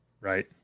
Right